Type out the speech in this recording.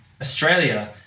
Australia